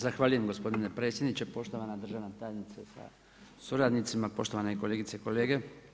Zahvaljujem gospodine predsjedniče, poštovana državna tajnice sa suradnicima, poštovane kolegice i kolege.